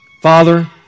Father